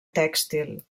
tèxtil